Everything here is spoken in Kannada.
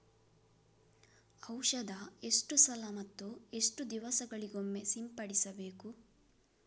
ಔಷಧ ಎಷ್ಟು ಸಲ ಮತ್ತು ಎಷ್ಟು ದಿವಸಗಳಿಗೊಮ್ಮೆ ಸಿಂಪಡಿಸಬೇಕು?